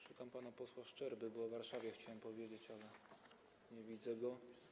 Szukam pana posła Szczerby, bo o Warszawie chciałem powiedzieć, ale nie widzę go.